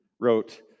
wrote